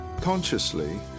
consciously